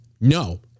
No